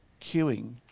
queuing